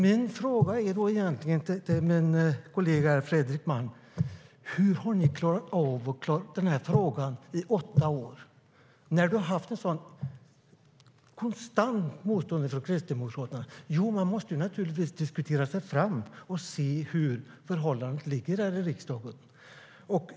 Min fråga till min kollega Fredrik Malm är: Hur har ni klarat av frågan i åtta år när du har haft en sådan konstant motståndare som Kristdemokraterna? Man måste naturligtvis diskutera sig fram och se hur förhållandet är i riksdagen.